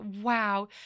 wow